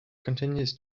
continues